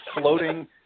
floating